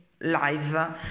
live